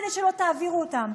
כדי שלא תעבירו אותם.